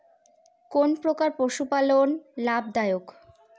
কোন প্রকার পশুপালন বর্তমান লাভ দায়ক?